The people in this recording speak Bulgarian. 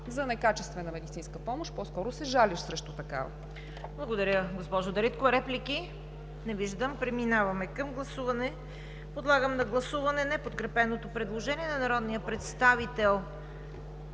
за некачествена медицинска помощ – по-скоро се жалиш срещу такава. ПРЕДСЕДАТЕЛ ЦВЕТА КАРАЯНЧЕВА: Благодаря Ви, госпожо Дариткова. Реплики? Не виждам. Преминаваме към гласуване. Подлагам на гласуване неподкрепеното предложение на народния представител